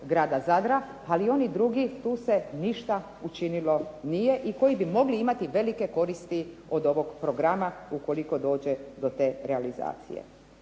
ali oni drugi tu se ništa učinilo nije i koji bi mogli imati velike koristi od ovog programa ukoliko dođe do te realizacije.